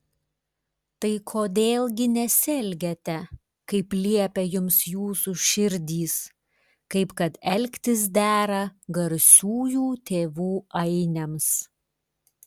tai kodėl gi nesielgiate kaip liepia jums jūsų širdys kaip kad elgtis dera garsiųjų tėvų ainiams